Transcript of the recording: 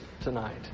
tonight